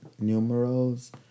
numerals